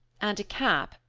and a cap,